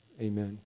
Amen